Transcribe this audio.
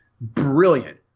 Brilliant